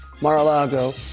Mar-a-Lago